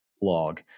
blog